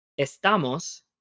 estamos